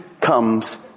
comes